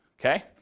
Okay